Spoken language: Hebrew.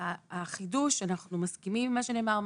החידוש אנחנו מסכימים עם מה שנאמר,